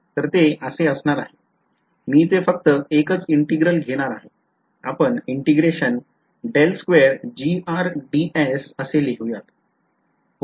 तर ते असे असणार आहे मी इथे फक्त एकच integral घेणार आहे आपण असे लिहुयात पोलर coordinates मध्ये ds काय आहे